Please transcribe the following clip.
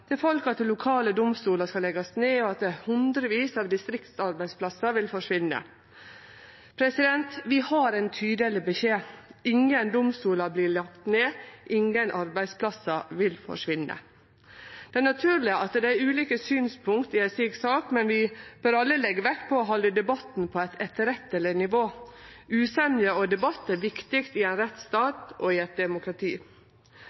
til folk at lokale domstolar skal leggjast ned, og at hundrevis av distriktsarbeidsplassar vil forsvinne. Vi har ein tydeleg beskjed: Ingen domstolar vert lagde ned, ingen arbeidsplassar vil forsvinne. Det er naturleg at det er ulike synspunkt i ei slik sak, men vi bør alle leggje vekt på å halde debatten på eit etterretteleg nivå. Usemje og debatt er viktig i ein